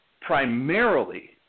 primarily